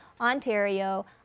Ontario